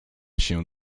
się